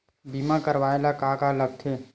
बीमा करवाय ला का का लगथे?